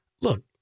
look